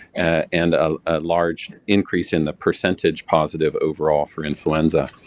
and a large increase in the percentage positive overall for influenza.